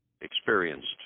experienced